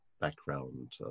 background